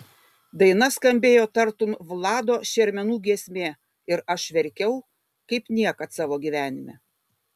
daina skambėjo tartum vlado šermenų giesmė ir aš verkiau kaip niekad savo gyvenime